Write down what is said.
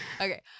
Okay